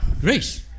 Grace